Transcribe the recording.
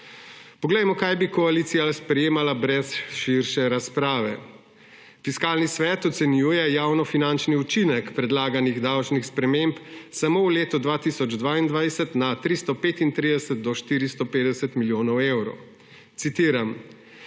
Poglejmo, kaj bi koalicija sprejemala brez širše razprave. Fiskalni svet ocenjuje javnofinančni učinek predlaganih davčnih sprememb samo v letu 2022 na od 335 do 450 milijonov evrov. Citiram: